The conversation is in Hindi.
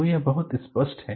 तो यह बहुत स्पष्ट है